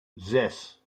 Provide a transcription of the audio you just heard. zes